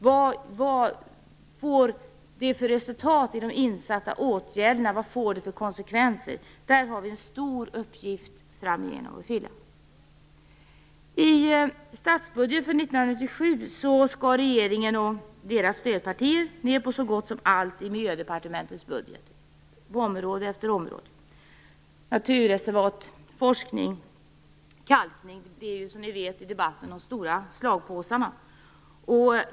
Vad får de insatta åtgärderna för resultat? Vad får de för konsekvenser? Där har vi framöver en stor uppgift att fylla. I statsbudgeten för 1997 skar regeringen och deras stödpartier ned på så gott som allt i Miljödepartementets budget, på område efter område. Naturreservat, forskning och kalkning är som ni vet de stora slagpåsarna i debatten.